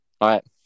right